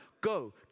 Go